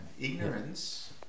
Ignorance